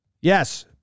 Yes